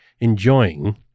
enjoying